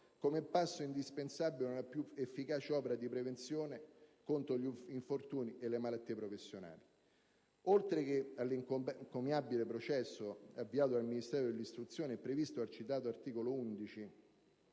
come passo indispensabile per una più efficace opera di prevenzione contro gli infortuni e le malattie professionali. Oltre che all'encomiabile processo avviato dal Ministero dell'istruzione e previsto dal citato articolo 11